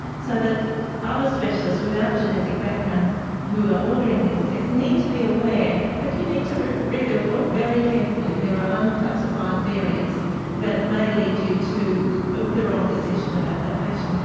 so that other specialists without genetic backgrounds who are ordering these tests need to be aware that you need to read read the report very carefully. there are unclassified variants that may lead you to the wrong decision about that patient,